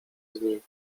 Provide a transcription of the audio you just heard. dni